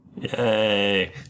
yay